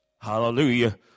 Hallelujah